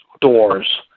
doors